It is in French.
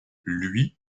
lui